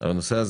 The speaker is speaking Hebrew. על הנושא הזה.